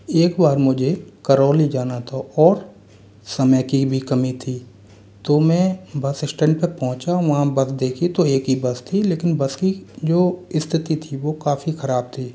एक बार मुझे करौली जाना था और समय की भी कमी थी तो मैं बस स्टैन्ड पर पहुँचा वहाँ बस देखी तो एक ही बस थी लेकिन बस की जो स्थिति थी वो काफी ख़राब थी